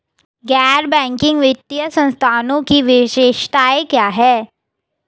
गैर बैंकिंग वित्तीय संस्थानों की विशेषताएं क्या हैं?